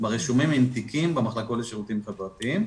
לרשומים עם תיקים במחלקות לשירותים חברתיים.